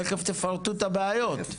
תכף תפרטו את הבעיות.